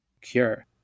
cure